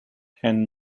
and